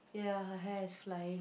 ya her hair is flying